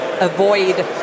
avoid